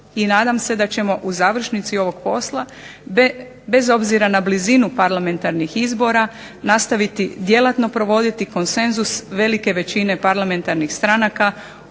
I nadam se da ćemo u završnici ovog posla bez obzira na blizinu parlamentarnih izbora nastaviti djelatno provoditi konsenzus velike većine parlamentarnih stranaka